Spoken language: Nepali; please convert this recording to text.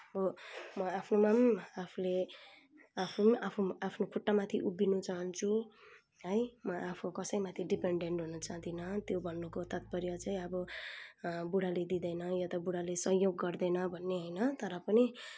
म आफूमा पनि आफूले आफ्नो आफ्नो आफ्नो खुट्टामाथि उभिनु चाहन्छु है म आफू कसैमाथि डिपेन्डेन्ट हुन चाहदिनँ त्यो भन्नको तात्पर्य चाहिँ अब बुढाले दिँदैन या त बुढाले सहयोग गर्दैन भन्ने होइन तर पनि